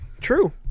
True